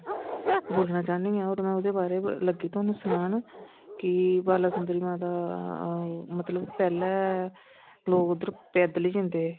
बोलना चाहन्नी आं और में ओहदे बारे च लग्गी थुहानू सनान कि बाला सुंदरी माता मतलब पैंहले लोक उद्धर पैदल ही जंदे है